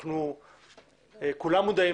כולנו מודעים